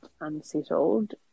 unsettled